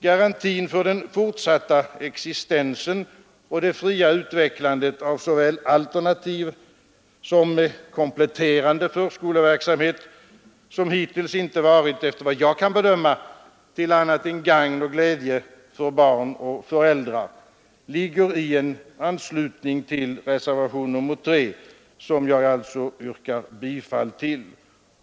Garantin för den fortsatta existensen och för det fria utvecklandet av så väl alternativ som kompletterande förskoleverksamhet, som hittills inte varit efter vad jag kan bedöma till annat än gagn och glädje för barn och föräldrar, ligger i en anslutning till reservationen 3. som jag alltså yrkar bifall till.